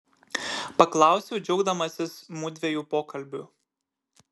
paklausiau džiaugdamasis mudviejų pokalbiu